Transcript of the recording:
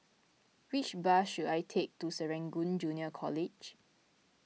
which bus should I take to Serangoon Junior College